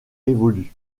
évolue